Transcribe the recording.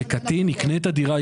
שקטין יקנה את הדירה,